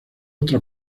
otra